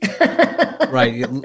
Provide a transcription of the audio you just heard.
Right